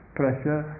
pressure